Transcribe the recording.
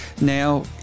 Now